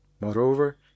moreover